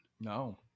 No